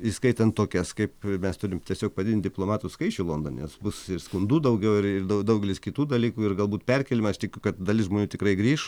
įskaitant tokias kaip mes turim tiesiog padidint diplomatų skaičių londone nes bus ir skundų daugiau ir dau daugelis kitų dalykų ir galbūt perkėlimas aš tikiu kad dalis žmonių tikrai grįš